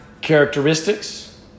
characteristics